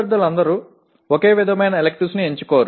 எல்லா மாணவர்களும் ஒரே விருப்ப பாடத்தை தேர்ந்தெடுக்க மாட்டார்கள்